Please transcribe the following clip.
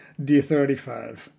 D35